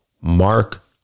Mark